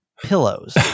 pillows